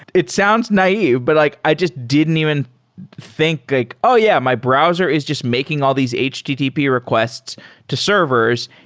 it it sounds naive, but like i just didn't even think like, oh, yeah. my browser is just making all these http requests to servers.